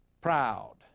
proud